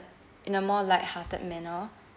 in a more light hearted manner